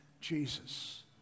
Jesus